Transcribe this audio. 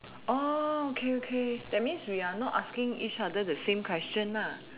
oh okay okay that means we are not asking each other the same question nah